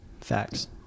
Facts